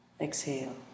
exhale